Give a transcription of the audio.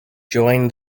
joined